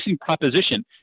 proposition